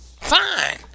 Fine